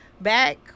back